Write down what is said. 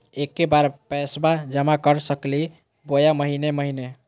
एके बार पैस्बा जमा कर सकली बोया महीने महीने?